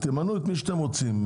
מי שאתם רוצים.